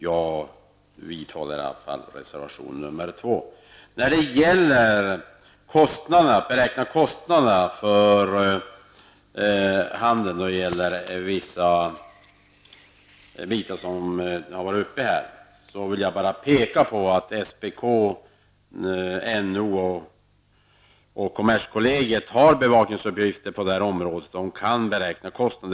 Jag vidhåller i varje fall reservation nr När det gäller beräknade kostnader för de delar av handeln som här varit uppe till debatt, vill jag bara påpeka att SPK, NO och kommerskollegium har bevakningsuppgifter på detta område och kan beräkna kostnaderna.